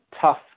tough